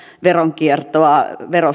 veronkiertoa